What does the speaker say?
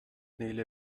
nele